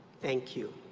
thank you.